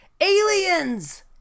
aliens